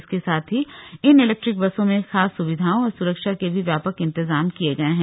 इसके साथ ही इन इलेक्ट्रिक बसों में खास सुविधाओं और सुरक्षा के भी व्यापक इन्तजाम किये गये है